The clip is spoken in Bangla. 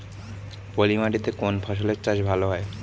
পলি মাটিতে কোন ফসলের চাষ ভালো হয়?